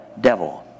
devil